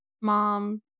mom